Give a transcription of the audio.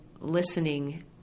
listening